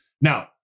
Now